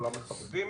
כולם מחבבים,